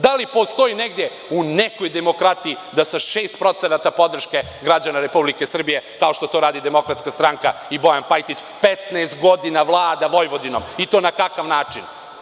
Da li postoji negde u nekoj demokratiji da sa 6% podrške građana Republike Srbije, kao što to radi Demokratska stranka i Bojan Pajtić, 15 godina vlada Vojvodinom i to na kakav način?